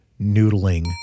noodling